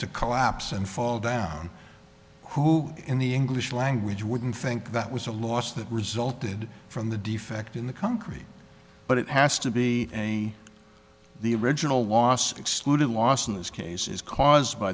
to collapse and fall down who in the english language wouldn't think that was a loss that resulted from the defect in the concrete but it has to be a the original loss excluded loss in this case is caused by